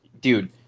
dude